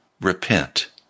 repent